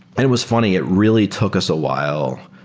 and it was funny. it really took us a while.